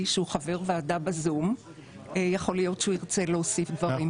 שהוא חבר ועדה ויכול להיות שהוא ירצה להוסיף דברים.